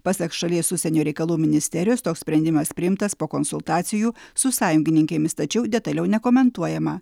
pasak šalies užsienio reikalų ministerijos toks sprendimas priimtas po konsultacijų su sąjungininkėmis tačiau detaliau nekomentuojama